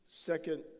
Second